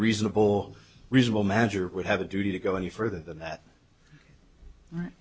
reasonable reasonable manager would have a duty to go any further than that right